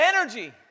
energy